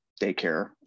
daycare